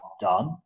done